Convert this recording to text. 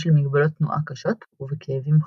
של מגבלות תנועה קשות ובכאבים כרוניים.